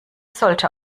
sollte